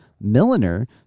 milliner